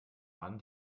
mann